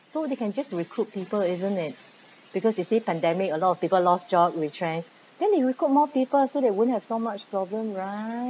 so they can just to recruit people isn't it because you see pandemic a lot of people lost job retrenched then they recruit more people so they won't have so much problem right